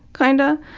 kind of.